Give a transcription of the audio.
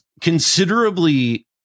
considerably